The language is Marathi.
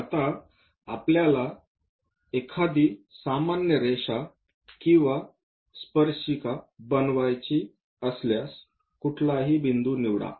आता आपल्याला एखादी सामान्य रेषा किंवा स्पर्शिका बनवायची असल्यास कुठलाही बिंदू निवडा